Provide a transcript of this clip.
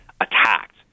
attacked